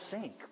sink